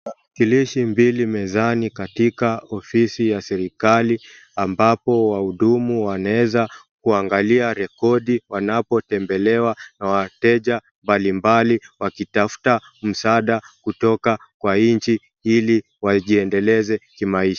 Kilishe mbili mezani katika ofisi ya serikali ambapo wahudumu wanaweza kuangalia rekodi wanapotembelewa na wateja mbalimbali wakitafuta msaada kutoka kwa nchi ili wajiendeleze kimaisha.